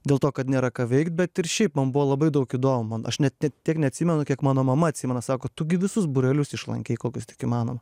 dėl to kad nėra ką veikt bet ir šiaip man buvo labai daug įdomu aš net ne tiek neatsimenu kiek mano mama atsimena sako tu gi visus būrelius išlankei kokius tik įmanoma